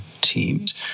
teams